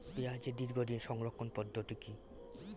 পেঁয়াজের দীর্ঘদিন সংরক্ষণ পদ্ধতি কি?